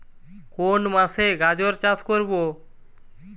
কোন মাসে গাজর চাষ করব?